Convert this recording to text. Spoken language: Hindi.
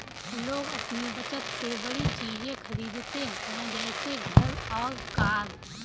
लोग अपनी बचत से बड़ी चीज़े खरीदते है जैसे घर और कार